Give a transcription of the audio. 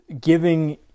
giving